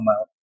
out